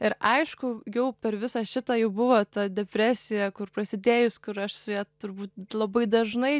ir aišku jau per visą šitą jau buvo ta depresija kur prasidėjus kur aš su ja turbūt labai dažnai